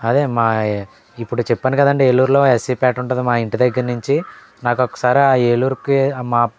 అదే మా ఇప్పుడు చెప్పాను కదండి ఏలూరులో ఎస్సీ పేట ఉంఉంటుంది మా ఇంటి దగ్గర నుంచి నాకు ఒకసారి ఆ ఏలూరికి మా